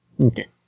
Okay